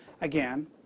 Again